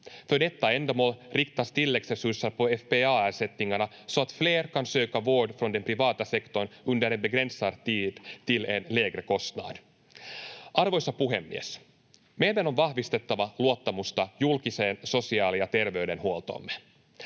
Meidän on vahvistettava luottamusta julkiseen sosiaali- ja terveydenhuoltoomme.